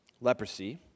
leprosy